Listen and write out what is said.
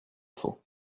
faut